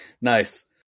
Nice